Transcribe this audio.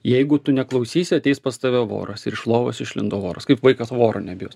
jeigu tu neklausysi ateis pas tave voras ir iš lovos išlindo voras kaip vaikas voro nebijos